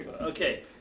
Okay